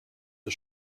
der